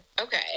okay